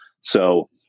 So-